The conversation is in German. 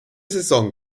saison